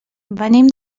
venim